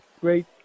great